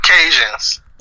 occasions